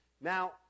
Now